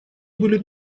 были